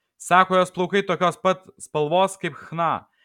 sako jos plaukai tokios pat spalvos kaip chna